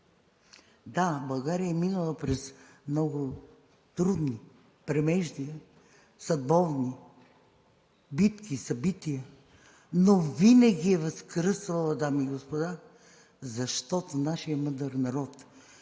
Да, България е минала през много трудни премеждия, съдбовни битки, събития, но винаги е възкръсвала, дами и господа, защото нашият мъдър народ винаги